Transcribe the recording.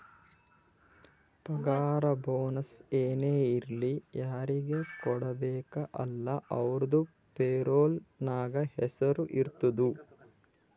ಪಗಾರ ಬೋನಸ್ ಏನೇ ಇರ್ಲಿ ಯಾರಿಗ ಕೊಡ್ಬೇಕ ಅಲ್ಲಾ ಅವ್ರದು ಪೇರೋಲ್ ನಾಗ್ ಹೆಸುರ್ ಇರ್ತುದ್